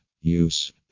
use